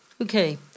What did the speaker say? Okay